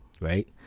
right